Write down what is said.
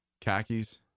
khakis